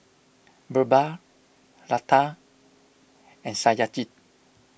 Birbal Lata and Satyajit